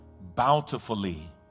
bountifully